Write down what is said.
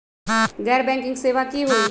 गैर बैंकिंग सेवा की होई?